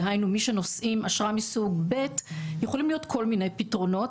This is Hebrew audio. דהיינו מי שנושאים אשרה מסוג ב' יכולים להיות כל מיני פתרונות.